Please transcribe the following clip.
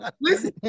listen